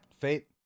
Fate